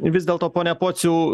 vis dėlto pone pociau